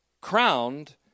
crowned